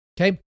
Okay